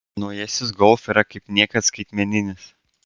naujasis golf yra kaip niekad skaitmeninis